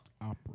Opera